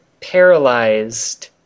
paralyzed